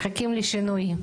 אנחנו מחכים לשינויים.